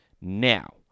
Now